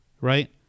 right